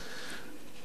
הוא עשה את זה